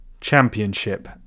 Championship